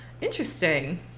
Interesting